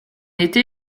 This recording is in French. été